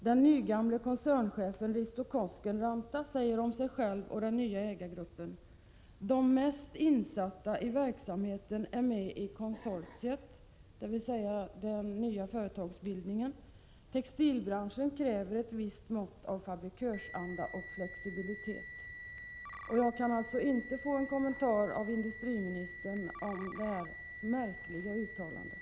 Den nygamla koncernchefen Risto Koskenranta säger om sig själv och den nya ägargruppen: De som är mest insatta i verksamheten är med i konsortiet, dvs. den nya företagsbildningen. Textilbranschen kräver ett visst mått av fabrikörsanda och flexibilitet. Jag kan alltså inte få en kommentar av industriministern om detta märkliga uttalande.